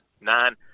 nine